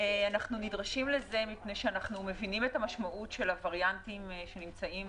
אנחנו נדרשים לזה מפני שאנו מבינים את המשמעות של הווריאנטים שנמצאים